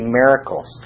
miracles